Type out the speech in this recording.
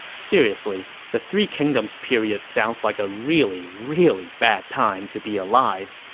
seriously, the three kingdoms period sounds like a really really bad time to be alive